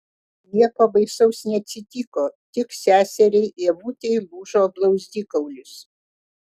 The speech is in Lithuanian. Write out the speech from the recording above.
nieko baisaus neatsitiko tik seseriai ievutei lūžo blauzdikaulis